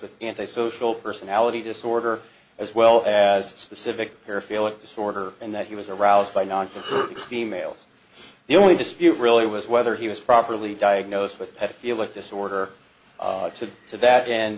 with antisocial personality disorder as well as specific here feel it disorder and that he was aroused by non her females the only dispute really was whether he was properly diagnosed with petty felix disorder to to that end